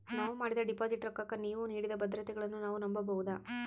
ನಾವು ಮಾಡಿದ ಡಿಪಾಜಿಟ್ ರೊಕ್ಕಕ್ಕ ನೀವು ನೀಡಿದ ಭದ್ರತೆಗಳನ್ನು ನಾವು ನಂಬಬಹುದಾ?